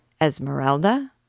Esmeralda